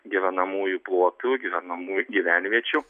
gyvenamųjų plotų gyvenamų gyvenviečių